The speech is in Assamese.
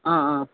অঁ অঁ